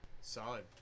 Solid